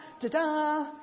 da-da